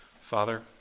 Father